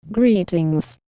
Greetings